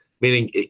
Meaning